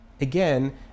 Again